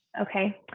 Okay